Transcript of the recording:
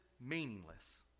meaningless